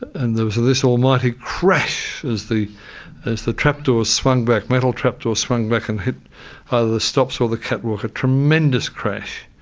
and there was this almighty crash as the as the trapdoor swung back, metal trapdoor swung back and hit either the stops or the catwalk, a tremendous crash,